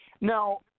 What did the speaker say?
Now